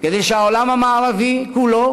כדי שהעולם המערבי כולו,